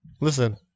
Listen